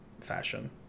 fashion